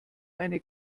eine